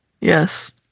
Yes